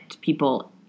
people